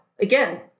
again